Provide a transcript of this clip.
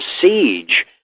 siege